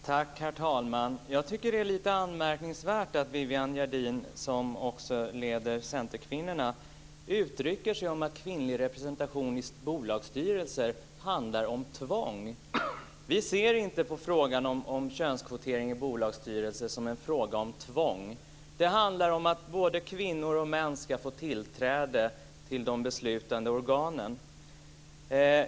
Herr talman! Jag tycker att det är anmärkningsvärt att Viviann Gerdin, som leder Centerkvinnorna, uttrycker det så att kvinnlig representation i bolagsstyrelser handlar om tvång. Vi ser inte på frågan om könskvotering i bolagsstyrelser som en fråga om tvång. Det handlar om att både kvinnor och män ska få tillträde till de beslutande organen.